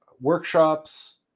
workshops